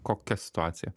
kokia situacija